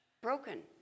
Broken